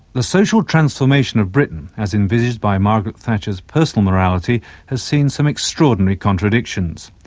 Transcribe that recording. the social transformation of britain as envisaged by margaret thatcher's personal morality has seen some extraordinary contradictions.